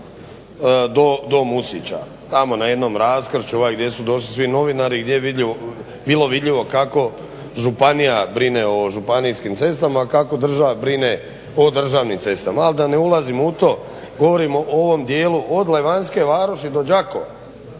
do Musića. Tamo na jednom raskršću gdje su došli svi novinari i gdje je bilo vidljivo kako županija brine o županijskim cestama, a kako država brine o državnim cestama. Ali da ne ulazim u to govorim o ovom dijelu od Levanske Varoši do Đakova.